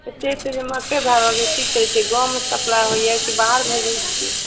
एते एते जे मकै भए रहल यऽ की करैत छियै गाँवमे सप्लाइ होइया कि बाहर भेजैत छियै